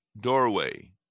doorway